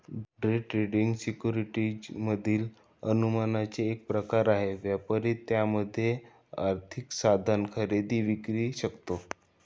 day trading हा securities मधील अनुमानाचा एक प्रकार आहे, व्यापारी त्यामध्येच आर्थिक साधन खरेदी विक्री करतो